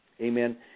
Amen